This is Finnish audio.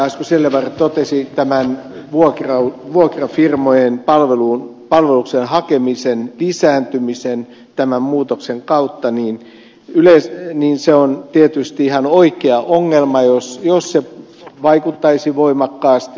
asko seljavaara totesi että vuokrafirmojen palvelukseen hakeminen lisääntyisi tämän muutoksen kautta on tietysti ihan oikea ongelma jos se vaikuttaisi voimakkaasti